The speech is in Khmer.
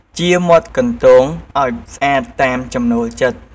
ចៀរមាត់កន្ទោងឲ្យស្អាតតាមចំណូលចិត្ត។